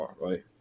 right